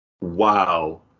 Wow